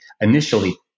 initially